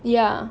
ya